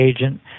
agent